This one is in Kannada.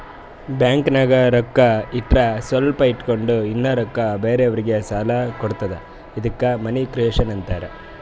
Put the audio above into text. ಬ್ಯಾಂಕ್ನಾಗ್ ರೊಕ್ಕಾ ಇಟ್ಟುರ್ ಸ್ವಲ್ಪ ಇಟ್ಗೊಂಡ್ ಇನ್ನಾ ರೊಕ್ಕಾ ಬೇರೆಯವ್ರಿಗಿ ಸಾಲ ಕೊಡ್ತುದ ಇದ್ದುಕ್ ಮನಿ ಕ್ರಿಯೇಷನ್ ಆಂತಾರ್